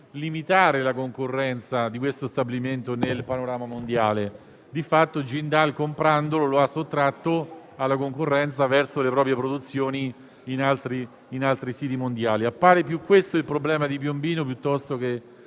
limitare la concorrenza di questo stabilimento nel panorama mondiale. Di fatto, Jindal, comprandolo, lo ha sottratto alla concorrenza verso le proprie produzioni con altri siti mondiali. Appare più questo il problema di Piombino piuttosto che